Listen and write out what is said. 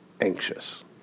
anxious